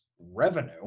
revenue